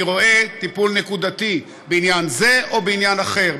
אני רואה תיקון נקודתי בעניין זה או בעניין אחר,